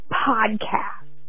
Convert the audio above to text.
podcast